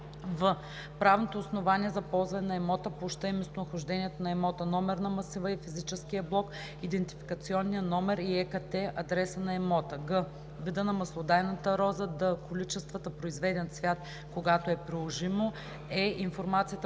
в) правното основание за ползване на имота, площта и местонахождението на имота – номера на масива и физическия блок, идентификационния номер и ЕКАТТЕ/адреса на имота; г) вида на маслодайната роза; д) количествата произведен цвят – когато е приложимо; е) информацията